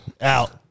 Out